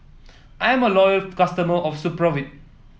I'm a loyal customer of Supravit